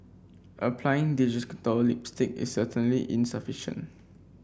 applying digital lipstick is certainly insufficient